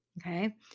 Okay